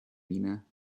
mina